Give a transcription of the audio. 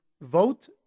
vote